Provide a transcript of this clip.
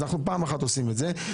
אז אנחנו עושים את זה פעם אחת.